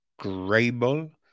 Grable